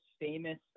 famous